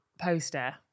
poster